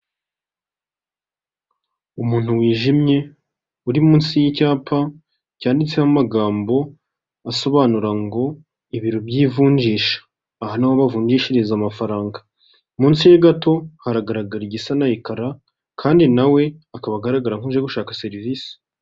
Umuntu wijimye uri munsi y'icyapa, cyanditseho amagambo asobanura ngo ibiro by'ivunjisha, aha niho bavungishiriza amafaranga, munsi ye gato haragaragara igisa na ekara kandi na we akaba agaragara nk'uje gushaka serivisi.